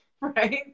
right